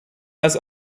als